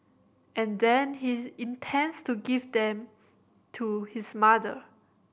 and then he intends to give them to his mother